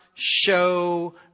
Show